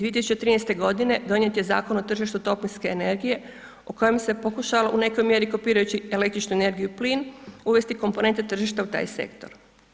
2013.g. donijet je Zakon o tržištu toplinske energije o kojem se pokušalo u nekoj mjeri kopirajući električnu energiju i plin, uvesti komponenta tržišta u taj sektor.